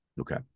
okay